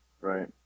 Right